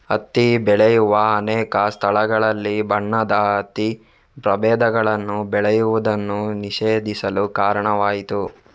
ಹತ್ತಿ ಬೆಳೆಯುವ ಅನೇಕ ಸ್ಥಳಗಳಲ್ಲಿ ಬಣ್ಣದ ಹತ್ತಿ ಪ್ರಭೇದಗಳನ್ನು ಬೆಳೆಯುವುದನ್ನು ನಿಷೇಧಿಸಲು ಕಾರಣವಾಯಿತು